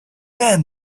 man